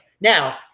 Now